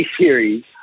series